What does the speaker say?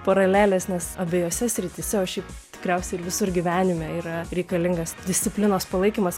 paralelės nes abiejose srityse o šiaip tikriausiai ir visur gyvenime yra reikalingas disciplinos palaikymas